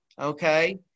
okay